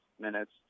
minutes